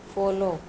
follow